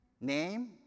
name